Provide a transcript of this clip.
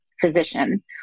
physician